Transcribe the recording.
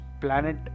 planet